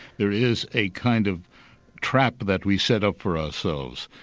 there is a kind of trap that we set up for ourselves.